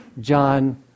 John